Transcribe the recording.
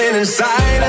inside